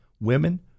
Women